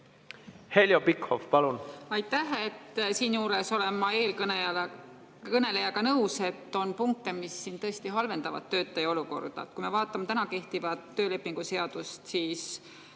Heljo Pikhof, palun!